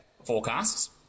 Forecasts